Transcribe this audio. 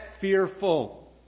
fearful